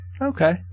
Okay